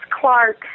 Clark